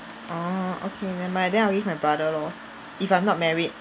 orh okay never mind then I will give my brother lor if I'm not married